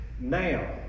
Now